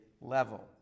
level